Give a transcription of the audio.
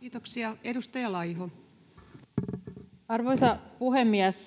Time: 18:14 Content: Arvoisa puhemies!